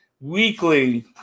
Weekly